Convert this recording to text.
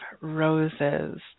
roses